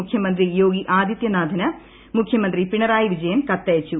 മുഖ്യമന്ത്രി യോഗി ആദിതൃ നാഥിന് മുഖ്യമന്ത്രി പിണറായി വിജയൻ കത്തയച്ചു